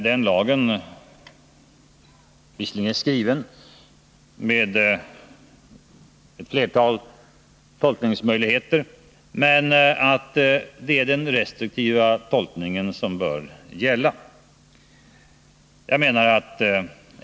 Den lagen är visserligen skriven så att den ger ett flertal tolkningsmöjligheter, men det är den restriktiva tolkningen som bör gälla.